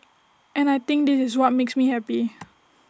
and I think this is what makes me happy